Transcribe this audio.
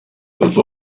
else